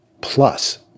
plus